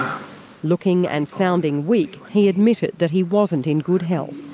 looking and sounding weak, he admitted that he wasn't in good health.